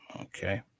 okay